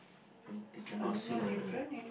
twenty cannot see